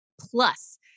plus